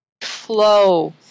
flow